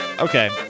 okay